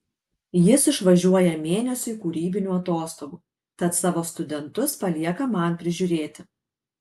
jis išvažiuoja mėnesiui kūrybinių atostogų tad savo studentus palieka man prižiūrėti